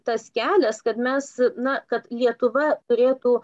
tas kelias kad mes na kad lietuva turėtų